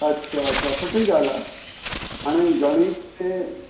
अच्छा अच्छा सुठी ॻाल्हि आहे हाणे गणित में